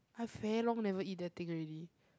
I very long never eat that thing already